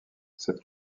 cette